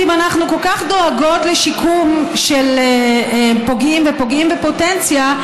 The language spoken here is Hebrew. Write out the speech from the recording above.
אם אנחנו כל כך דואגות לשיקום של פוגעים ופוגעים בפוטנציה,